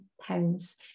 pounds